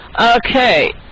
Okay